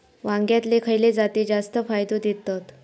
वांग्यातले खयले जाती जास्त फायदो देतत?